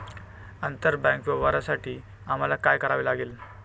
आंतरबँक व्यवहारांसाठी आम्हाला काय करावे लागेल?